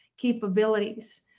capabilities